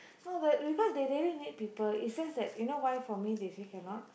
no they because they really need people it's just that you know why for me they say cannot